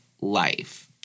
life